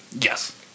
Yes